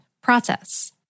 process